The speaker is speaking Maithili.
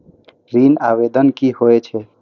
ऋण आवेदन की होय छै?